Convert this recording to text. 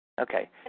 Okay